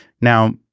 Now